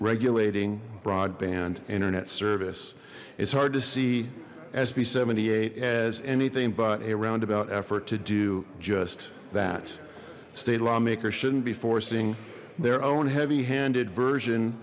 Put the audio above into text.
regulating broadband internet service it's hard to see sb seventy eight as anything but a roundabout effort to do just that state lawmakers shouldn't be forcing their own heavy handed version